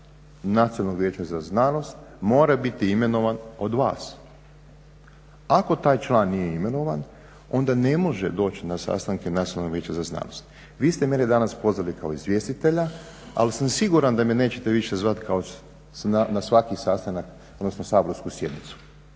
Nacionalnog vijeća za znanost mora biti imenovan od vas. Ako taj član nije imenovan onda ne može doći na sastanke Nacionalnog vijeća za znanost. Vi ste mene danas pozvali kao izvjestitelji, ali sam siguran da me nećete više zvati na svaki sastanak, odnosno saborsku sjednicu.